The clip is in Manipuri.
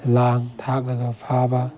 ꯂꯥꯡ ꯊꯥꯛꯂꯒ ꯐꯥꯕ